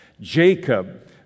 Jacob